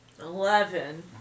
Eleven